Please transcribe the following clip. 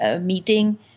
meeting